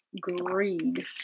greed